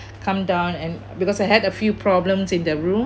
come down and because I had a few problems in the room